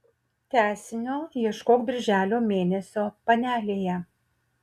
tęsinio ieškok birželio mėnesio panelėje